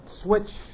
switch